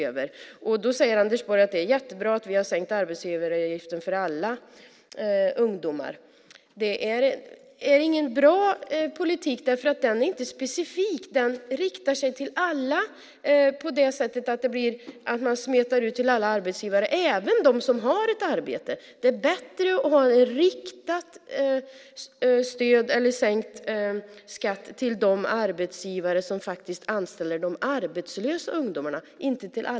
Anders Borg säger att det är jättebra att man har sänkt arbetsgivaravgiften för alla ungdomar. Det är ingen bra politik, för den är inte specifik. Den riktar sig till alla. Man smetar ut den till alla arbetsgivare. Den gäller även dem som har ett arbete. Det är bättre att ha ett riktat stöd eller sänkt skatt för de arbetsgivare som anställer de arbetslösa ungdomarna.